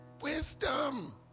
Wisdom